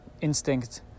instinct